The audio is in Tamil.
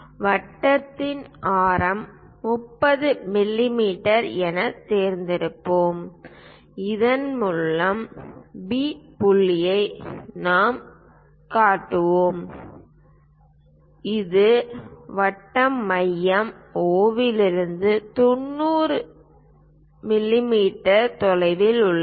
வட்டத்தின் ஆரம் 30 mm எனத் தேர்ந்தெடுப்போம் இதன் மூலம் பி புள்ளியை நாம் கட்டுவோம் இது வட்டம் மைய O இலிருந்து 90 மிமீ தொலைவில் உள்ளது